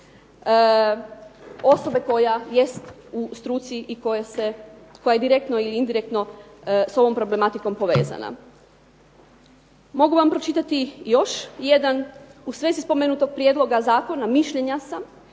osobe koja jest u struci i koja je direktno ili indirektno s ovom problematikom povezana. Mogu vam pročitati još jedan: "U svezi spomenutog prijedloga zakona mišljenja sam